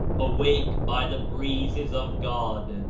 awake by the breezes of god!